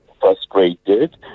frustrated